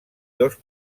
dos